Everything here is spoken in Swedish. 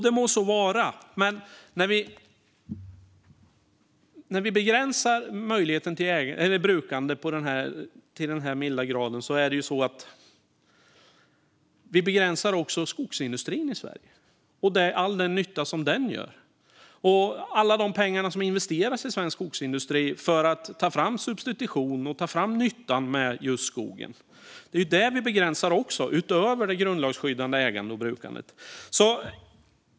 Det må så vara, men när vi begränsar möjligheten till brukande så till den milda grad begränsar vi också svensk skogsindustri och all den nytta som den gör. Alla de pengar som investeras i svensk skogsindustri för att ta fram substitution och nyttan med just skogen begränsar vi också, utöver det som påverkar det grundlagsskyddade ägandet och brukandet.